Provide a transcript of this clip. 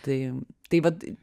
tai tai vat